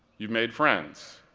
you've made friends,